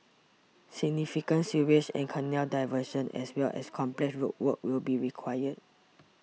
significant sewage and canal diversions as well as complex road work will be required